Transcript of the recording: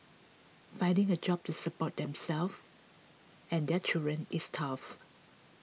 finding a job to support themselves and their children is tough